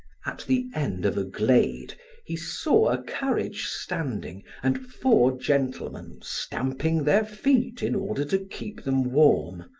at the end of a glade he saw a carriage standing and four gentlemen stamping their feet in order to keep them warm,